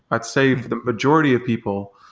that saved the majority of people,